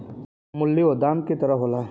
मूल्यों दामे क तरह होला